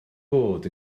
bod